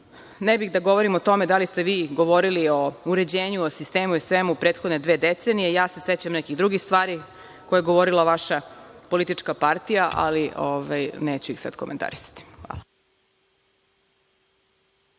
bih da govorim o tome da li ste vi govorili o uređenju, o sistemu i svemu prethodne dve decenije, sećam se nekih drugih stvari koje je govorila vaša politička partija, ali neću ih sada komentarisati. Hvala.